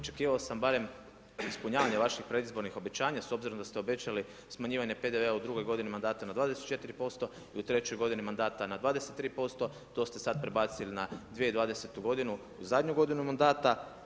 Očekivao sam barem ispunjavanje vaših predizbornih obećanja s obzirom da ste obećali smanjivanje PDV-a u drugoj godini mandata na 24% i u trećoj godini mandata na 23%, to ste sad prebacili na 2020. godinu u zadnju godinu mandata.